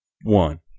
one